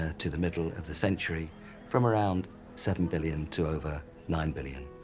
ah to the middle of the century from around seven billion to over nine billion,